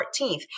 14th